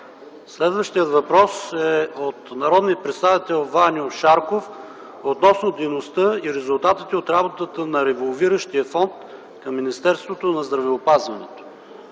Следващият въпрос е от народния представител Ваньо Шарков относно дейността и резултатите от работата на револвиращия фонд на Министерството на здравеопазването.